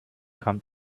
come